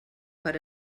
per